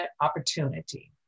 opportunity